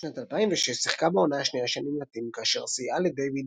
בשנת 2006 שיחקה בעונה השנייה של "נמלטים" כאשר סייעה לדייוויד